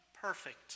perfect